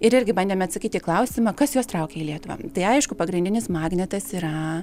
ir irgi bandėm atsakyt į klausimą kas juos traukia į lietuvą tai aišku pagrindinis magnetas yra